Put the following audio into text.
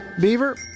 Beaver